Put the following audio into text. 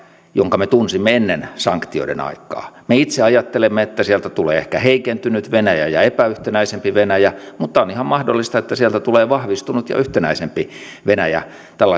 jonka me tunsimme ennen sanktioiden aikaa me itse ajattelemme että sieltä tulee ehkä heikentynyt venäjä ja epäyhtenäisempi venäjä mutta on ihan mahdollista että sieltä tulee vahvistunut ja yhtenäisempi venäjä tällaisten